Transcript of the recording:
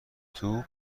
توپ